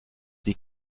die